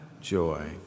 joy